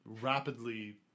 rapidly